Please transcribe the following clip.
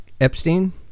Epstein